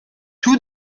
two